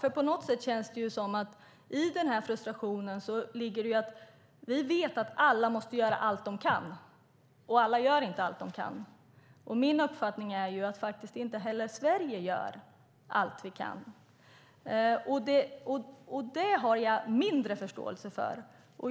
I denna frustration ligger att vi vet att alla måste göra allt de kan, och alla gör inte allt de kan. Min uppfattning är att inte heller vi i Sverige gör allt vi kan. Det har jag mindre förståelse för.